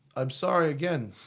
i'm sorry again!